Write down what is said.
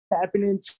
happening